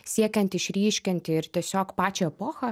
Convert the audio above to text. siekiant išryškinti ir tiesiog pačią epochą